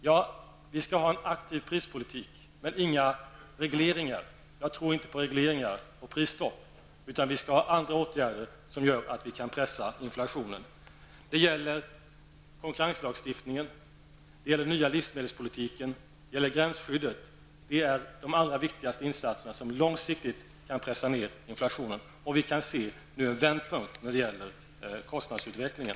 Ja, vi skall ha en aktiv prispolitik, men inga regleringar. Jag tror inte på regleringar och prisstopp, utan vi skall vidta andra åtgärder som gör att vi kan pressa inflationen. Det gäller konkurrenslagstiftningen, den nya livsmedelspolitiken och gränsskyddet. Det är de allra viktigaste insatserna som långsiktigt kan pressa ner inflationen. Vi kan nu se en vändpunkt när det gäller prisutvecklingen.